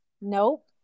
Nope